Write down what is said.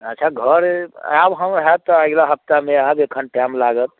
अच्छा घरे आएब हम होएत तऽ अगिला हप्तामे आएब एखन टाइम लागत